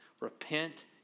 repent